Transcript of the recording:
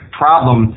problem